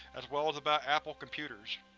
as well as about apple computers.